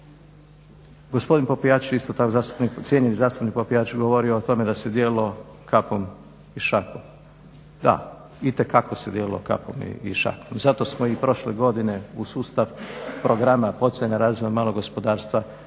Gospodin Popijač isto tako cijenjeni zastupnik Popijač govorio o tome da se dijelilo kapom i šakom. Da, itekako se dijelilo kapom i šakom, zato smo i prošle godine u sustav programa poticanja razvoja malog gospodarstva